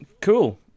cool